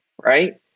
right